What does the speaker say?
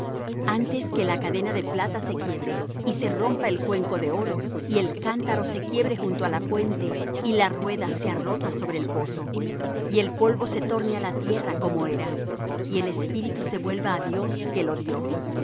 antes que la cadena de plata se quiebre y se rompa el cuenco de oro y el cántaro se quiebre junto á la fuente y la rueda sea rota sobre el pozo y el polvo se torne á la tierra como era y el espíritu se vuelva á dios que lo dió